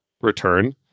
return